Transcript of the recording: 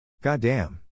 Goddamn